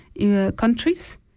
countries